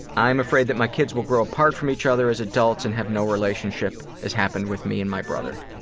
i'm afraid that my kids will grow apart from each other as adults and will have no relationship, as happened with me and my brother.